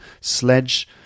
Sledge